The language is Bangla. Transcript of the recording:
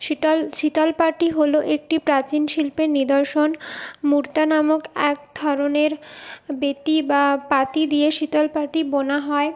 শীটল শীতল পাটি হল একটি প্রাচীন শিল্পের নিদর্শন মুর্তা নামক এক ধরনের বেতি বা পাটি দিয়ে শীতল পাটি বোনা হয়